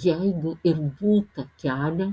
jeigu ir būta kelio